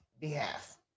behalf